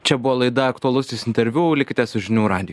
čia buvo laida aktualusis interviu likite su žinių radiju